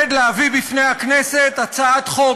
אני מתכבד להביא לפני הכנסת הצעת חוק